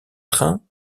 train